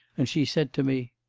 and she said to me,